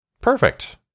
Perfect